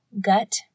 gut